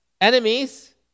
Enemies